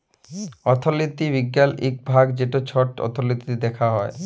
অথ্থলিতি বিজ্ঞালের ইক ভাগ যেট ছট অথ্থলিতি দ্যাখা হ্যয়